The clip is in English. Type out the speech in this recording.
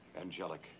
angelic